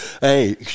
hey